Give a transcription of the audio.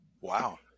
Wow